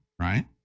right